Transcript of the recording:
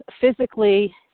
physically